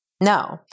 no